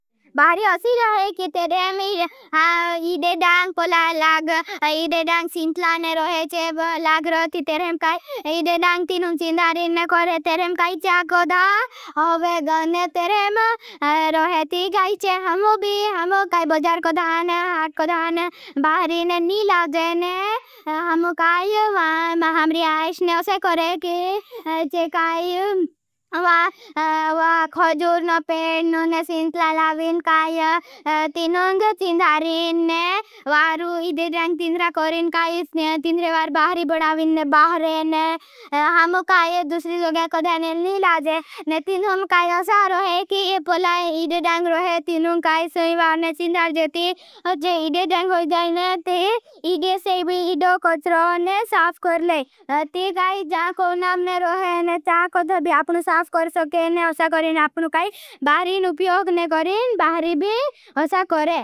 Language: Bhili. बाहरी असी रहे की तेरेम इदे डांग पला लाग। इदे डांग सिंथलाने रहे चेव। लाग रोती तेरेम काई। इदे डांग तीनुं चिंदारीन करे। तेरेम काई चाको धा, होवे गन तेरेम रोहे ती काईचे। हमों भी, हमों काई बजर को धाने, हाट को धाने बाहरी न नहीं लाज़े। हमों काई, हमरी आईशने उसे करे की, चे काई। खोजूर न पेट न ने सिंथला लाविन, काई तीनुं गे चिंदारीन न, वारू इदे डांग तीनुं रा करें। काई तीनुं तीनुं वार बाहरी बढ़ाविन, बाहर रहेन। हमों काई दुसरी जोगे क न नहीं लाज़े। न तीनुं काई अशा रहे, की एपलाए इदे डांग रहे। तीनुं काई समीवान न चिंदार जे, ती जो इदे डांग हो जायें न। ती इदे सेवी इदो कच्रोन ने साफकर ले। ती काई जाखो नामने रहे। न ता कज़भबी आपनु साफकर सकेन न। अपनो काई बाहरे ही उप्योग ने करें, बाहरे भी हसा करें।